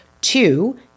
Two